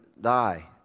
die